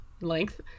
length